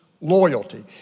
loyalty